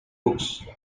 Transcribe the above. books